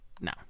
No